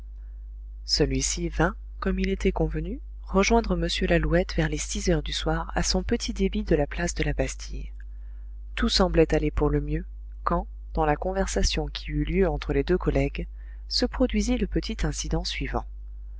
celui-ci vint comme il était convenu rejoindre m lalouette vers les six heures du soir à son petit débit de la place de la bastille tout semblait aller pour le mieux quand dans la conversation qui eut lieu entre les deux collègues se produisit le petit incident suivant